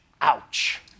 Ouch